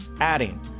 adding